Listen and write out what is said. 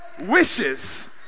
wishes